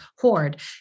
hoard